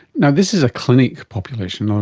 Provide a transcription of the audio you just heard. yeah this is a clinic population, um